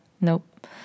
nope